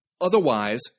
otherwise